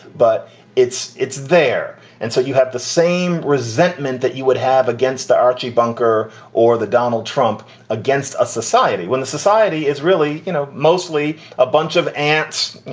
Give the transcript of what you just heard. but it's it's there. and so you have the same resentment that you would have against the archie bunker or the donald trump against a society when the society is really, you know, mostly a bunch of ants, you